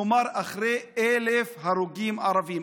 כלומר, אחרי 1,000 הרוגים ערבים.